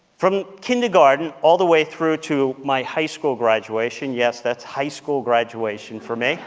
from kindergarten, all the way through to my high school graduation yes, that's high school graduation for me